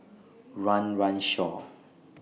Run Run Shaw